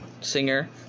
singer